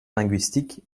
linguistique